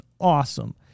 awesome